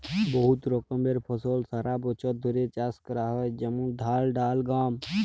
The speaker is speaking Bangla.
বহুত রকমের ফসল সারা বছর ধ্যরে চাষ ক্যরা হয় যেমল ধাল, ডাল, গম